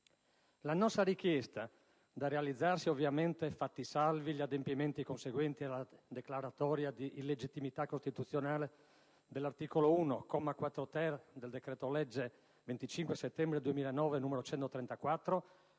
La nostra richiesta, da realizzarsi ovviamente «fatti salvi gli adempimenti conseguenti alla declaratoria di illegittimità costituzionale dell'articolo 1, comma 4-*ter* del decreto-legge 25 settembre 2009, n. 134,